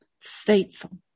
faithful